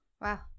Wow